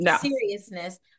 seriousness